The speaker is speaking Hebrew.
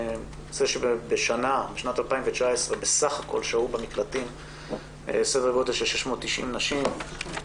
בשנת 2019 שהו במקלטים בסך הכול כ-690 נשים,